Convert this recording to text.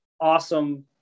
awesome